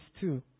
two